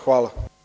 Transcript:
Hvala.